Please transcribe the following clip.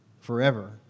forever